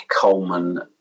Coleman